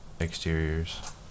exteriors